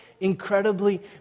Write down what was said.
incredibly